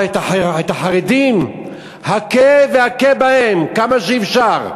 אבל את החרדים, הכה והכה בהם כמה שאפשר.